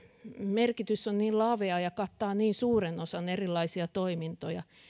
merkitys on niin lavea ja kattaa niin suuren osan erilaisia toimintoja